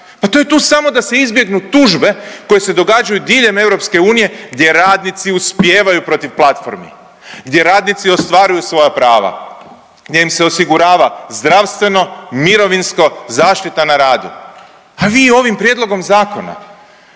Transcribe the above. Pa to je tu samo da se izbjegnu tužbe koje se događaju diljem EU gdje radnici uspijevaju protiv platformi, gdje radnici ostvaruju svoja prava, gdje im se osigurava zdravstveno, mirovinsko, zaštita na radu. A vi ovim prijedlogom zakona